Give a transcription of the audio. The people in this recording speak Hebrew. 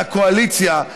מהקואליציה,